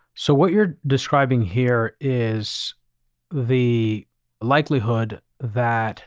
so what you're describing here is the likelihood that